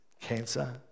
Cancer